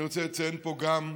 אבל אני רוצה לציין פה גם,